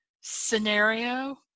scenario